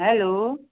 hello